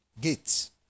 Gates